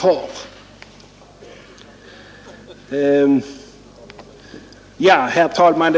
Herr talman!